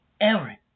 Aaron